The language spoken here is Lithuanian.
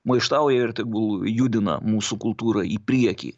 maištauja ir tegul judina mūsų kultūrą į priekį